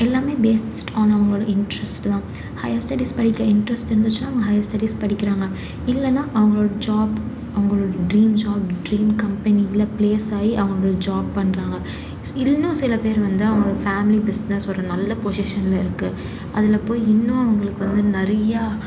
எல்லாமே பேஸிக்ஸ் ஆன் அவங்களோட இன்ட்ரெஸ்ட்டு தான் ஹையர் ஸ்டடீஸ் படிக்க இன்ட்ரெஸ்ட் இருந்துச்சினால் அவங்க ஹையர் ஸ்டடீஸ் படிக்கிறாங்க இல்லைன்னா அவங்களோடய ஜாப் அவங்களோடய ட்ரீம் ஜாப் ட்ரீம் கம்பெனியில் பிளேஸ் ஆகி அவங்களோடய ஜாப் பண்ணுறாங்க இன்னும் சில பேர் வந்து அவங்களோடய ஃபேமிலி பிஸ்னஸ் ஒரு நல்ல பொஷிஷன்ல இருக்குது அதில் போய் இன்னும் அவங்களுக்கு வந்து நிறையா